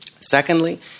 Secondly